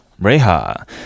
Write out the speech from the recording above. Reha